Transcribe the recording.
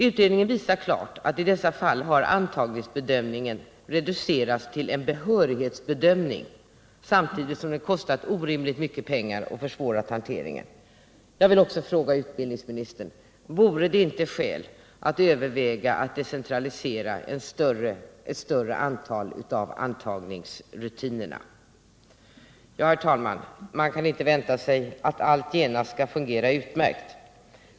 Utredningen visar klart att i dessa fall har antagningsbedömningen reducerats till en behörighetsbedömning, samtidigt som den kostat orimligt mycket pengar och försvårat hanteringen. Jag vill också fråga utbildningsministern: Vore det inte skäl att överväga att decentralisera ett större antal av antagningsrutinerna? Herr talman! Man kan inte vänta sig att allt genast skall fungera utmärkt.